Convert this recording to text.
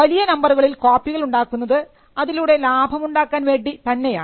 വലിയ നമ്പറുകളിൽ കോപ്പികൾ ഉണ്ടാക്കുന്നത് അതിലൂടെ ലാഭമുണ്ടാക്കാൻ വേണ്ടി തന്നെയാണ്